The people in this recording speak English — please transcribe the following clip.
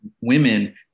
women